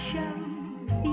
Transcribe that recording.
Shows